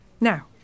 Now